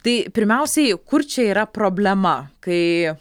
tai pirmiausiai kur čia yra problema kai